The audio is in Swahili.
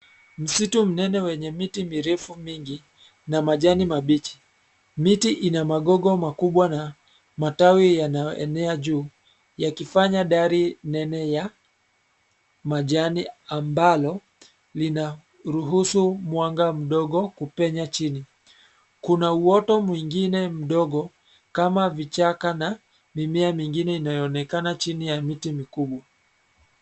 Msitu mnene wenye miti mirefu mingi, na majani mabichi. Miti ina magogo makubwa na matawi yanayoenea juu yakifanya dari nene ya majani ambalo lina ruhusu mwanga mdogo kupenya chini. Kuna uoto mwingine mdogo, kama vichaka na mimea mingine inayoonekana chini ya miti mikubwa.